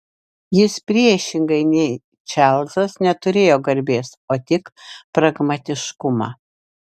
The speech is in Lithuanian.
jis priešingai nei čarlzas neturėjo garbės o tik pragmatiškumą